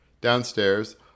Downstairs